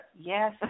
yes